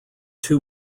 two